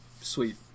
sweet